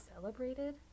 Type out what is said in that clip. celebrated